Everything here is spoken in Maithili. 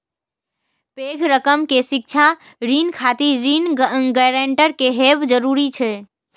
पैघ रकम के शिक्षा ऋण खातिर ऋण गारंटर के हैब जरूरी छै